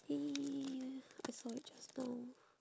eh where I saw it just now